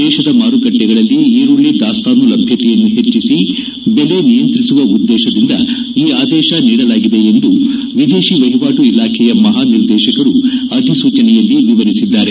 ದೇತದ ಮಾರುಕಟ್ಟೆಗಳಲ್ಲಿ ಈರುಳ್ಳ ದಾಸ್ತಾನು ಲಭ್ದತೆಯನ್ನು ಹೆಚ್ಚಿಸಿ ದೆಲೆ ನಿಯಂತ್ರಿಸುವ ಉದ್ದೇಶದಿಂದ ಈ ಆದೇಶ ನೀಡಲಾಗಿದೆ ಎಂದು ವಿದೇಶಿ ವಹಿವಾಟು ಇಲಾಖೆಯ ಮಹಾ ನಿರ್ದೇಶಕರು ಅಧಿಸೂಚನೆಯಲ್ಲಿ ವಿವರಿಸಿದ್ದಾರೆ